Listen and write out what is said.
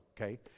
okay